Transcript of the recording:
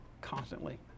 constantly